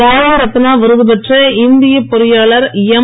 பாரத ரத்னா விருது பெற்ற இந்திய பொறியாளர் எம்